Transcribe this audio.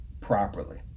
properly